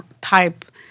type